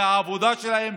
זה העבודה שלהם.